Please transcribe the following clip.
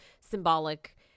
symbolic